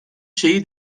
şeyi